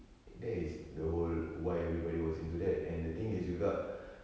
that is the whole why everybody was into that and the thing is juga